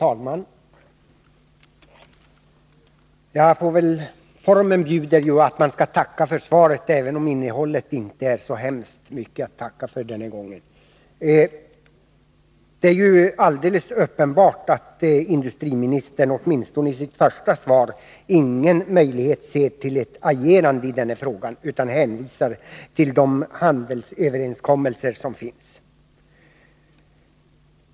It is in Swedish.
Herr talman! Formen bjuder ju att man skall tacka för svaret, så jag får väl göra det även om innehållet inte är mycket att tacka för den här gången. Det är alldeles uppenbart att industriministern inte ser någon möjlighet att agera i denna fråga. Han hänvisar bara till de handelsöverenskommelser som finns.